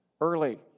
early